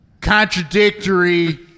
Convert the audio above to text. contradictory